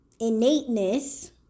innateness